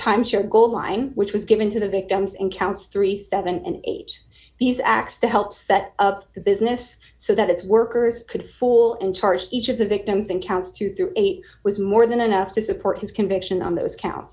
timeshare goalline which was given to the victims in counts thirty seven and eight these acts to help set up the business so that its workers could full and charged each of the victims and counts two through eight was more than enough to support his conviction on those count